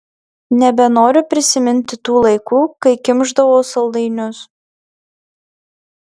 nebenoriu prisiminti tų laikų kai kimšdavau saldainius